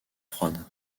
froide